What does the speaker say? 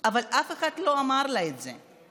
אבל אף אחד לא אמר לה את זה,